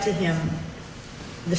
to him the